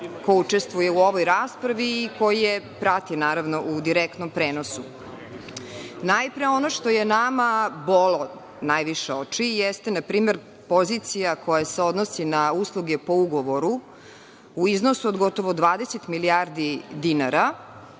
ko učestvuje u ovoj raspravi i koji je prati naravno u direktnom prenosu. Najpre, ono što je nama bolo oči jeste pozicija koja se odnosi na usluge po ugovoru u iznosu od gotovo 20 milijardi dinara,